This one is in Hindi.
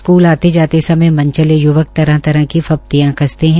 स्कूल आते जाते समय मनचले य्वका तरह तरह की फतियां कसते है